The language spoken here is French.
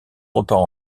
repart